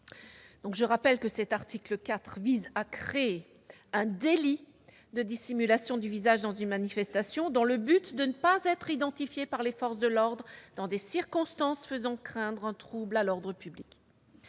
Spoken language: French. Je rappelle que l'article 4 vise à créer un délit de dissimulation du visage dans une manifestation dans le but de ne pas être identifié par les forces de l'ordre dans des circonstances faisant craindre un trouble à l'ordre public.